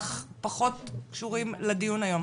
אך פחות קשורים לדיון היום.